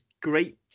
great